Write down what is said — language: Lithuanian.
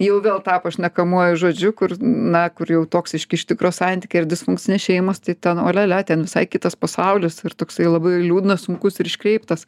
jau vėl tapo šnekamuoju žodžiu kur na kur jau toksiški ištikro santykiai disfunkcinės šeimos tai ten olialia ten visai kitas pasaulis ir toksai labai liūdnas sunkus ir iškreiptas